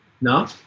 No